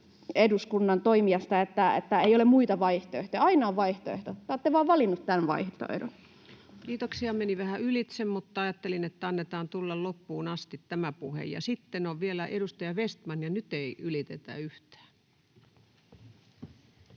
edustajan toimesta, että ei ole muita vaihtoehtoja. Aina on vaihtoehto — te olette vaan valinneet tämän vaihtoehdon. Kiitoksia. Meni vähän ylitse, mutta ajattelin, että annetaan tulla loppuun asti tämä puhe. — Sitten on vielä edustaja Vestman, ja nyt ei ylitetä yhtään.